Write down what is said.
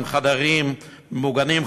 עם חדרים ממוגנים,